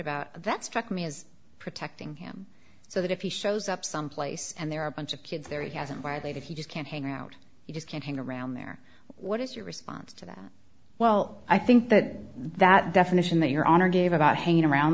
about that struck me is protecting him so that if he shows up someplace and there are a bunch of kids there he hasn't why they that he just can't hang out you just can't hang around there what is your response to that well i think that that definition that your honor gave about hanging around